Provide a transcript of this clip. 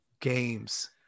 games